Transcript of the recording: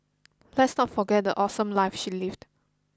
let's not forget the awesome life she lived